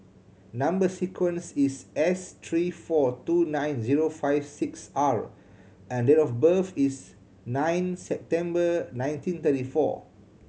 number sequence is S three four two nine zero five six R and date of birth is nine September nineteen thirty four